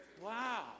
Wow